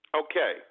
Okay